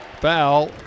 Foul